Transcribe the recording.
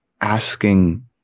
asking